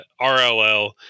RLL